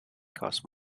costs